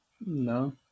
no